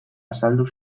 azaldu